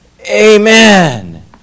Amen